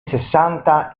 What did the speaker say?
sessanta